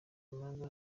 imanza